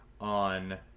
on